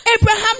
Abraham